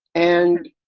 and,